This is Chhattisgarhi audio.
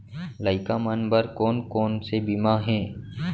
लइका मन बर कोन कोन से बीमा हे?